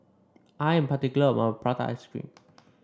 I am particular about Prata Ice Cream